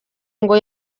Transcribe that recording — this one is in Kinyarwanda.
ngo